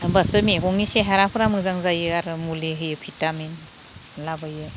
होमब्लासो मैगंनि सेहेराफ्रा मोजां जायो आरो मुलि होयो भिटामिन लाबोयो